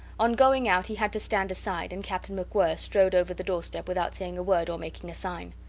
on going out he had to stand aside, and captain macwhirr strode over the doorstep without saying a word or making a sign.